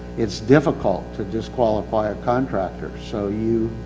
it's difficult to disqualify a contractor. so you,